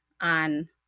on